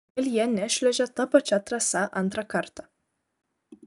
kodėl jie nešliuožė ta pačia trasa antrą kartą